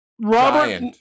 Robert